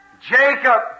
Jacob